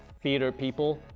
theatre people,